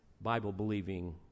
Bible-believing